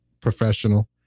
professional